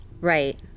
Right